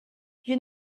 you